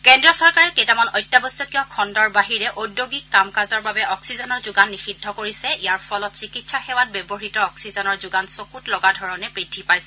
কেন্দ্ৰীয় চৰকাৰে কেইটামান অত্যাৱশ্যকীয় খণ্ডৰ বাহিৰে ঔদ্যোগিক কাম কাজৰ বাবে অক্সিজেনৰ যোগান নিষিদ্ধ কৰিছে ইয়াৰ ফলত চিকিৎসা সেৱাত ব্যৱহৃত অক্সিজেনৰ যোগান চকুত লগা ধৰণে বৃদ্ধি পাইছে